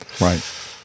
Right